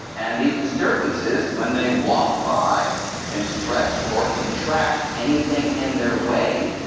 and these disturbances when they waft by can stretch or contract anything in their way,